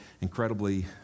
incredibly